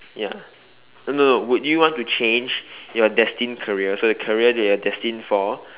ya no no no would you want to change your destined career so the career that you are destined for